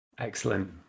Excellent